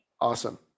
Awesome